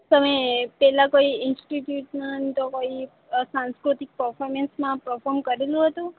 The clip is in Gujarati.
તમે પેહલા કોઈ ઈન્સ્ટિટરયુટમાં તો કોઈ સાંસ્કૃતિક પરફોર્મન્સમાં પરફોર્મન્સ કરેલું હતું